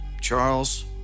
Charles